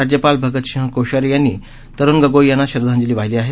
राज्यपाल अगतसिंह कोश्यारी यांनी तरुण गोगोई यांना श्रद्धांजली वाहिली आहे